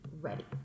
ready